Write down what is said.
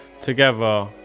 together